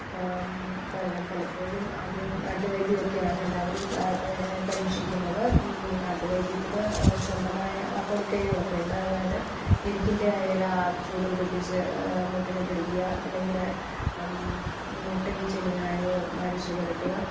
പല പലപ്പോഴും ആദ്യം നാട്ടുവൈദ്യമൊക്കെയാണ് എല്ലാവരും പരീക്ഷിക്കുന്നത് നാട്ടു വൈദ്യത്തിൽ സ്വന്തമായ പൊടിക്കൈകളൊക്കെയുണ്ട് അതായതു എരിക്കിൻ്റെ എല ചൂടുപിടിപ്പിച്ചു മുട്ടിനു പിടിക്കുക അല്ലെങ്കിൽ മുട്ടയും ചെന്നിനായകവും അരച്ച് പുരട്ടുക